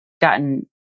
gotten